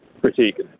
critique